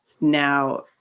Now